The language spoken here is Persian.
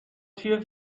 توی